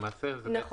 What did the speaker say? נכון.